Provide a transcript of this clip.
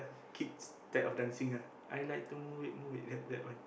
kids type of dancing ah I like to move it move it like that one